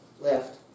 left